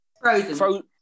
Frozen